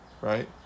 right